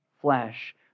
flesh